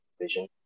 vision